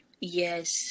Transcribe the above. Yes